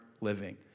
living